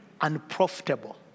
unprofitable